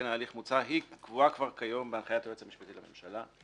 ההליך מוצה קבועה כבר כיום בהנחיית היועץ המשפטי לממשלה.